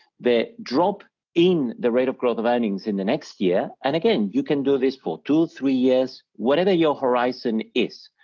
the drop in the rate of growth of earnings in the next year and again you, can do this for two, three years, whatever your horizon is,